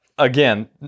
Again